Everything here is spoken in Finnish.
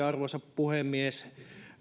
arvoisa puhemies